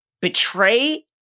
betray